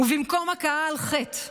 ובמקום הכאה על חטא,